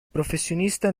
professionista